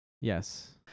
Yes